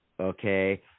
Okay